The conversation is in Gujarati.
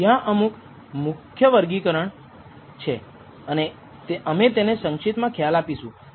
ત્યાં અમુક વર્ગીકરણ થયેલા છે અને અમે તેમનો સંક્ષિપ્તમાં ખ્યાલ આપીશું